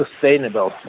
sustainable